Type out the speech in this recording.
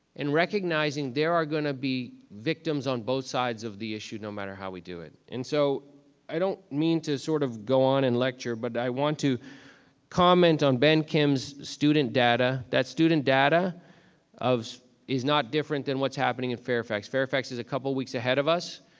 and recognizing there are gonna be victims on both sides of the issue, no matter how we do it. and so i don't mean to sort of go on and lecture, but i want to comment on ben kim's student data, that student data is not different than what's happening in fairfax. fairfax is a couple of weeks ahead of us.